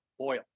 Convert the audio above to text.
oil